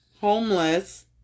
Homeless